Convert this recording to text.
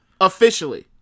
officially